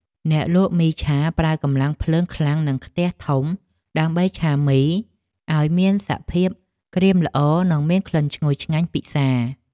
អ្នកលក់មីឆាប្រើកម្លាំងភ្លើងខ្លាំងនិងខ្ទះធំដើម្បីឆាមីឱ្យមានសភាពក្រៀមល្អនិងមានក្លិនឈ្ងុយឆ្ងាញ់ពិសារ។